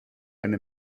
eine